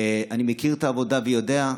אני מכיר את העבודה ויודע,